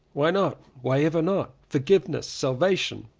why not? why ever not? for giveness! salvation!